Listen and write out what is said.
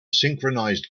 synchronized